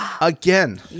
Again